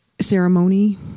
ceremony